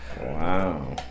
Wow